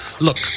look